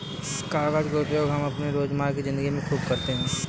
कागज का उपयोग हम अपने रोजमर्रा की जिंदगी में खूब करते हैं